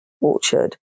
orchard